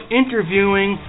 interviewing